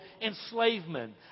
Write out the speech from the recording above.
enslavement